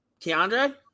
Keandre